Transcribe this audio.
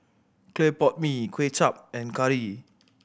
clay pot mee Kway Chap and curry